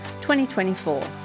2024